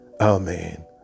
Amen